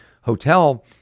hotel